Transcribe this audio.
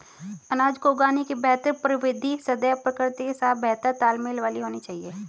अनाज को उगाने की बेहतर प्रविधि सदैव प्रकृति के साथ बेहतर तालमेल वाली होनी चाहिए